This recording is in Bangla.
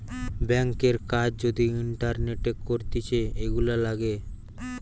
ব্যাংকের কাজ যদি ইন্টারনেটে করতিছে, এগুলা লাগে